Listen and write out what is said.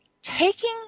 Taking